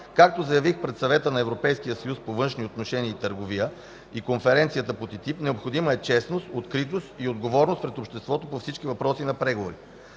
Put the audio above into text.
Както заявих пред Съвета на Европейския съюз по външни отношения и търговия и Конференцията по ТТИП, необходими са честност, откритост и отговорност пред обществото по всички въпроси на преговорите.